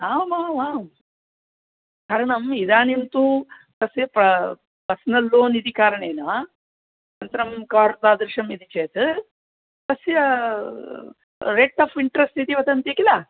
आमामां कारणम् इदानीं तु तस्य प पर्सनल् लोन् इति कारणेन अनन्तरं कार्ड् तादृशम् इति चेत् तस्य वेट् आफ़् इण्ट्रेस्ट् इति वदन्ति किल